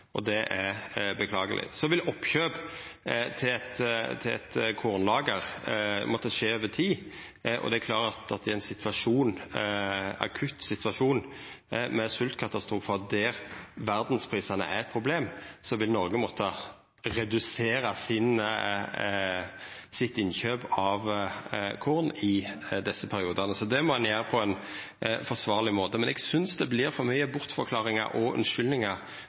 og snudd i saka. Det er beklageleg. Oppkjøp til eit kornlager vil måtta skje over tid. Det er klart at i ein akutt situasjon med sultkatastrofar og der verdsprisane er eit problem, vil Noreg måtta redusera innkjøpet av korn i desse periodane. Det må ein gjera på ein forsvarleg måte. Men eg synest det vert for mange bortforklaringar og